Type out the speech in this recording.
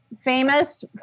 famous